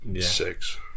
Six